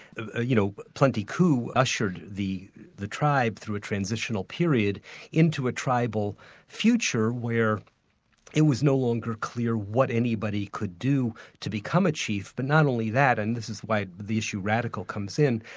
you know, plenty coups ushered the the tribe through a transitional period into a tribal future where it was no longer clear what anybody could do to become a chief. but not only that, and this is why the issue radical comes in,